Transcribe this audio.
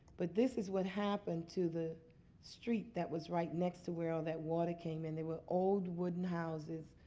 but this is what happened to the street that was right next to where all that water came in. they were old, wooden houses,